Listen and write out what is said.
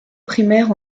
primaire